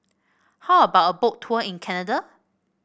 how about a Boat Tour in Canada